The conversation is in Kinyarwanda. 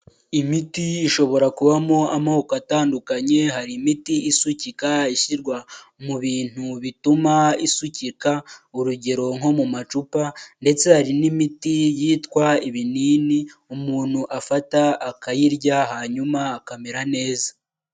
Imiti ishobora kubamo amoko atandukanye: hari imiti isukika, ishyirwa mu bintu bituma isukika, urugero nko mu macupa, ndetse hari n'imiti yitwa ibinini umuntu afata, akayirya, hanyuma akamera neza.